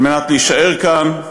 כדי להישאר כאן,